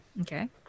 Okay